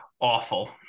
awful